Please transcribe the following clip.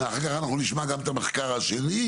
ואחר כך אנחנו נשמע גם את המחקר השני,